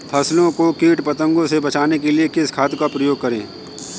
फसलों को कीट पतंगों से बचाने के लिए किस खाद का प्रयोग करें?